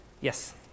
Yes